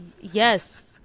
yes